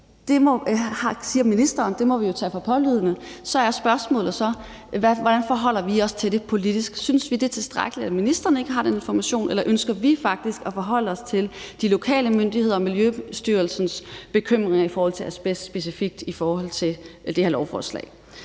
Det siger ministeren, og det må vi jo tage for pålydende. Spørgsmålet er så, hvordan vi forholder os politisk til det. Synes vi, det er tilstrækkeligt, at ministeren ikke har den information, eller ønsker vi faktisk at forholde os til de lokale myndigheder og Miljøstyrelsens bekymring specifikt i forhold til asbest i forhold til det her lovforslag.